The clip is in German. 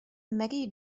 maggie